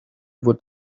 would